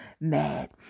mad